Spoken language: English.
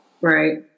right